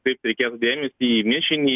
kreipt reikės dėmesį į mišinį